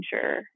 sure